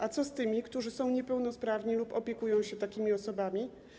A co z tymi, którzy są niepełnosprawni lub opiekują się takimi osobami?